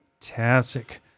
fantastic